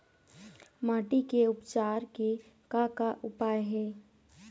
माटी के उपचार के का का उपाय हे?